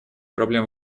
проблем